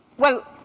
well,